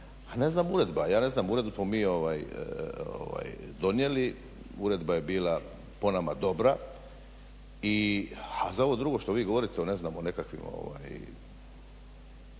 ne znam uredba. Ja ne znam uredbu smo mi donijeli, uredba je bila po nama dobra i za, ha za ovo drugo što vi govorite ne znam